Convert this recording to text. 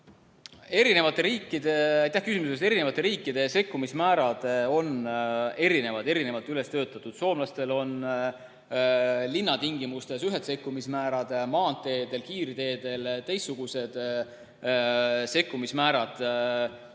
põhine mõõtmine. Aitäh küsimuse eest! Erinevate riikide sekkumismäärad on erinevad ja erinevalt välja töötatud. Soomlastel on linnatingimustes ühed sekkumismäärad, maanteedel ja kiirteedel teistsugused sekkumismäärad.